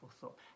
thought